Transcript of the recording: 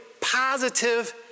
positive